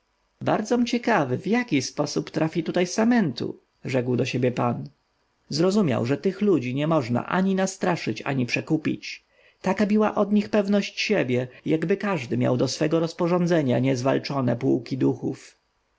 bardzom ciekawy w jaki sposób trafi tutaj samentu rzekł do siebie pan zrozumiał że tych ludzi nie można ani nastraszyć ani przekupić taka biła od nich pewność siebie jakby każdy miał do swego rozporządzenia niezwalczone pułki duchów